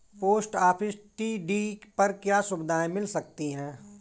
Post office TD पर क्या सुविधाएँ मिल सकती है?